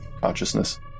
consciousness